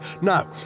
No